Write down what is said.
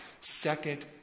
second